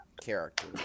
character